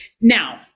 now